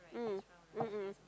mm mm mm